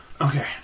Okay